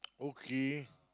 okay